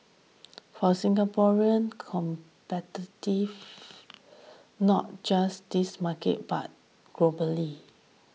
for Singaporean competitive not just this market but globally